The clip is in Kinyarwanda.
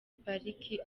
pariki